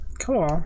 cool